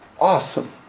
awesome